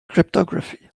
cryptography